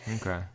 Okay